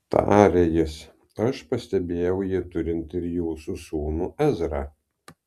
tarė jis aš pastebėjau jį turint ir jūsų sūnų ezrą